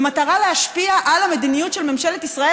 במטרה להשפיע על המדיניות של ממשלת ישראל